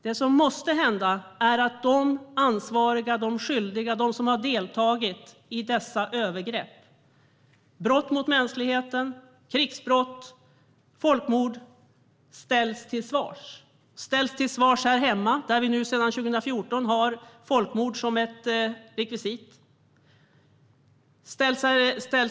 Det som måste hända är att de ansvariga, de skyldiga och de som har deltagit i dessa övergrepp, brott mot mänskligheten, krigsbrott och folkmord ställs till svars. De kan ställas till svars här hemma där vi nu sedan 2014 har rekvisit angivna för folkmord som ett brott.